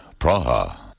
Praha